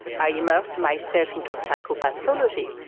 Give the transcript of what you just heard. i immersed myself into psychopathology,